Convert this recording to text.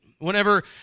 Whenever